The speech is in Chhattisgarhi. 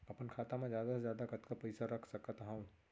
अपन खाता मा जादा से जादा कतका पइसा रख सकत हव?